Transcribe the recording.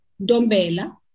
Dombela